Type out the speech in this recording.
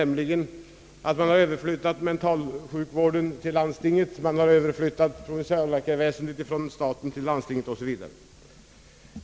Mentalsjukvården har överflyttats till landstinget, provinsialläkarväsendet från staten till landstinget o. s. v.